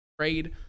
trade –